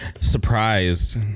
surprised